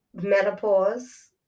menopause